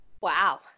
Wow